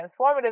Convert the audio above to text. transformative